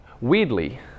weirdly